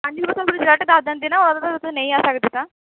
ਹਾਂਜੀ ਤੁਹਾਨੂੰ ਦੱਸ ਦਿੰਦੇ ਨਾ ਉਦੋਂ ਤਾਂ ਤੁਸੀਂ ਨਹੀਂ ਆ ਸਕਦੇ ਤਾਂ